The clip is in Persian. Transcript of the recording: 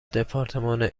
دپارتمان